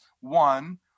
One